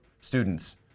students